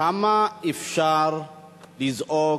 כמה אפשר לזעוק,